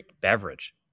beverage